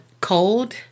Cold